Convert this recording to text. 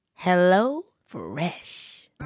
HelloFresh